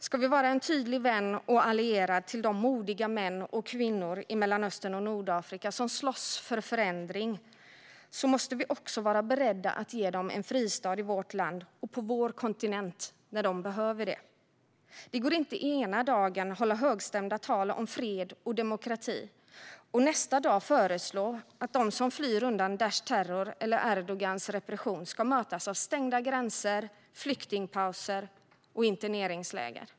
Ska vi vara en tydlig vän och allierad till de modiga män och kvinnor i Mellanöstern och Nordafrika som slåss för förändring måste vi också vara beredda att ge dem en fristad i vårt land och på vår kontinent när de behöver det. Det går inte att ena dagen hålla högstämda tal om fred och demokrati och nästa dag föreslå att de som flyr undan Daishs terror eller Erdogans repression ska mötas av stängda gränser, flyktingpauser och interneringsläger.